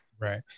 right